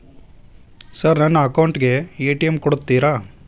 Sir ನನ್ನ account ಗೆ ATM ಕೊಡುತ್ತೇರಾ?